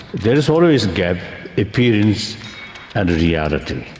there is always a gap appearance and reality.